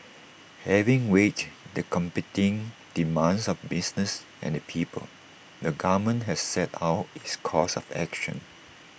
having weighed the competing demands of business and the people the government has set out its course of action